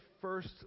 first